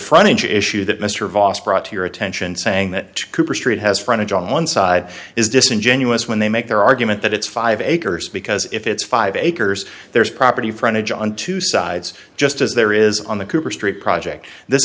the issue that mr vos brought to your attention saying that cooper street has frontage on one side is disingenuous when they make their argument that it's five acres because if it's five acres there's property frontage on two sides just as there is on the cooper street project this